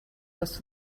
was